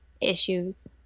issues